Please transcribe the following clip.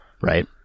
right